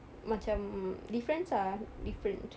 macam difference ah different